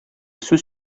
сүз